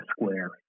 square